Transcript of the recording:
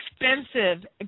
expensive